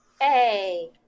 Hey